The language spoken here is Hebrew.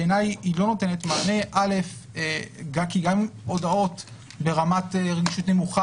בעיני היא לא נותנת מענה כי גם הודעות ברמת רגישות נמוכה,